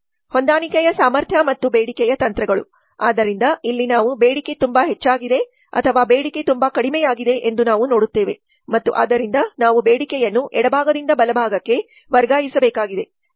ಹೊಂದಾಣಿಕೆಯ ಸಾಮರ್ಥ್ಯ ಮತ್ತು ಬೇಡಿಕೆಯ ತಂತ್ರಗಳು ಆದ್ದರಿಂದ ಇಲ್ಲಿ ನಾವು ಬೇಡಿಕೆ ತುಂಬಾ ಹೆಚ್ಚಾಗಿದೆ ಅಥವಾ ಬೇಡಿಕೆ ತುಂಬಾ ಕಡಿಮೆಯಾಗಿದೆ ಎಂದು ನಾವು ನೋಡುತ್ತೇವೆ ಮತ್ತು ಆದ್ದರಿಂದ ನಾವು ಬೇಡಿಕೆಯನ್ನು ಎಡಭಾಗದಿಂದ ಬಲಭಾಗಕ್ಕೆ ವರ್ಗಾಯಿಸಬೇಕಾಗಿದೆ